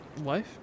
Wife